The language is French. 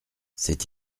c’est